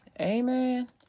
Amen